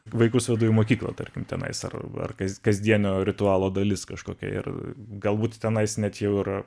vaikus rodo į mokyklą tarkim tenai ar kas kasdienio ritualo dalis kažkokia ir galbūt tenai net jau ir